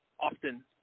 often